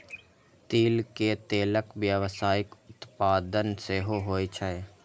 तिल के तेलक व्यावसायिक उत्पादन सेहो होइ छै